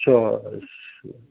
श्वः श्वः